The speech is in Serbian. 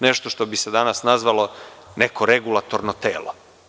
Nešto što bi se danas nazvalo neko regulatorno telo.